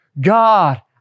God